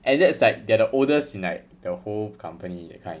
and that's like they're the oldest in like the whole company that kind